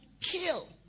kill